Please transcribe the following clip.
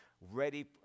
ready